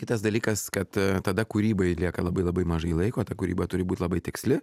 kitas dalykas kad tada kūrybai lieka labai labai mažai laiko ta kūryba turi būti labai tiksli